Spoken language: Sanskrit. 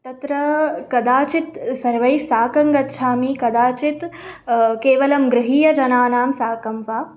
तत्र कदाचित् सर्वैः साकं गच्छामि कदाचित् केवलं ग्रहीय जनानां साकं व